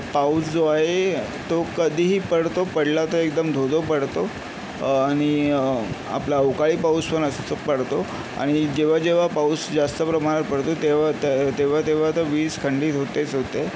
पाऊस जो आहे तो कधीही पडतो पडला तर एकदम धोधो पडतो आणि आपला अवकाळी पाऊसपण असतो पडतो आणि जेव्हा जेव्हा पाऊस जास्त प्रमाणात पडतो तेव्हा ते तेव्हा तेव्हा तर वीज खंडित होतेच होते